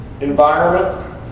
environment